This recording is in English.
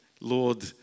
Lord